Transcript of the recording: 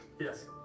Yes